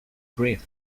brief